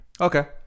Okay